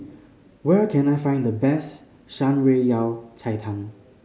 where can I find the best Shan Rui Yao Cai Tang